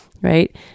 Right